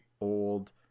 old